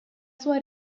sua